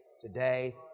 today